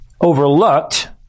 overlooked